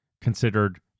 considered